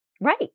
right